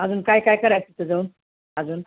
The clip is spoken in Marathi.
अजून काय काय करायचं तिथे जाऊन अजून